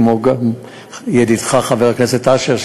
כמו גם ידידך חבר הכנסת אשר,